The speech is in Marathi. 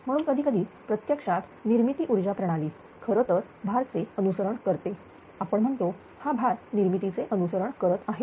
म्हणून कधीकधी प्रत्यक्षात निर्मिती ऊर्जा प्रणाली खरतर भार चे अनुसरण करते आपण म्हणतो हा भार निर्मितीचे अनुसरण करत आहे